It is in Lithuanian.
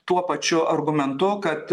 tuo pačiu argumentu kad